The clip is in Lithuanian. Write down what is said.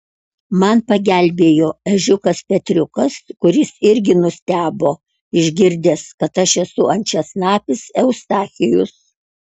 man pagelbėjo ežiukas petriukas kuris irgi nustebo išgirdęs kad aš esu ančiasnapis eustachijus